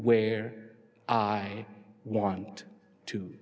where i want to